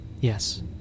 Yes